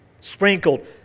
Sprinkled